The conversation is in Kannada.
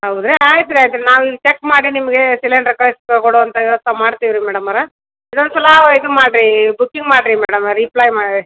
ಹೌದ ಆಯ್ತು ರೀ ಆಯ್ತು ರೀ ನಾವು ಇಲ್ಲಿ ಚೆಕ್ ಮಾಡಿ ನಿಮಗೆ ಸಿಲೇಂಡ್ರ್ ಕಳ್ಸಿ ಕೊಡುವಂಥ ವ್ಯವಸ್ಥೆ ಮಾಡ್ತೀವಿ ರೀ ಮೇಡಮ್ಮರ ಇನ್ನೊಂದು ಸಲ ಇದು ಮಾಡ್ರಿ ಬುಕಿಂಗ್ ಮಾಡ್ರಿ ಮೇಡಮ್ ರಿಪ್ಲೈ ಮಾಡಿ